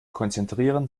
konzentrieren